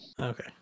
Okay